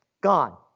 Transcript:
Gone